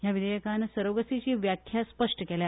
ह्या विधेयकान सरोगसीची व्याख्या स्पश्ट केल्या